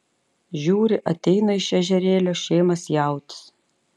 žiūri ateina iš ežerėlio šėmas jautis